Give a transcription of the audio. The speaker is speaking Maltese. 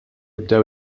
bdew